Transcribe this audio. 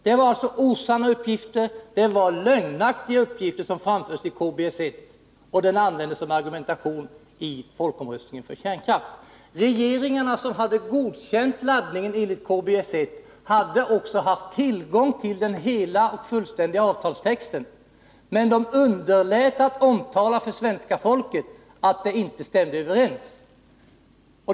Det var alltså lögnaktiga uppgifter som framfördes i KBS 1-rapporten, trots att den användes vid folkomröstningen om kärnkraft. Regeringarna 153 som hade godkänt laddningen enligt KBS 1 hade också haft tillgång till den fullständiga avtalstexten, men de underlät att tala om för svenska folket att skrivningarna inte överensstämde.